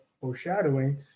foreshadowing